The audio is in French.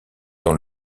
dans